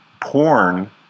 porn